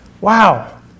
Wow